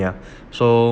so